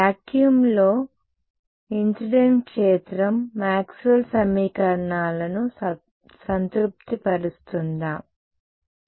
వాక్యూమ్లో సంఘటన క్షేత్రం మాక్స్వెల్ సమీకరణాలను సంతృప్తి పరుస్తుందా